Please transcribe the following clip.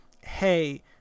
hey